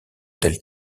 del